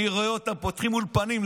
אני רואה אותם פותחים אולפנים.